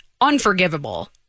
unforgivable